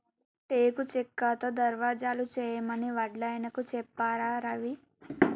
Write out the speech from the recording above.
టేకు చెక్కతో దర్వాజలు చేయమని వడ్లాయనకు చెప్పారా రవి